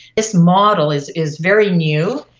this model is is very new,